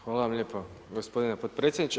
Hvala vam lijepa gospodine podpredsjedniče.